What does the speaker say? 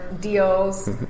deals